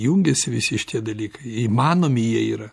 jungiasi visi šitie dalykai įmanomi jie yra